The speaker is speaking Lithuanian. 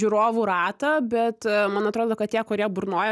žiūrovų ratą bet man atrodo kad tie kurie burnoja